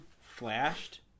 flashed